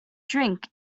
drink